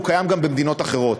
הוא קיים גם במדינות אחרות.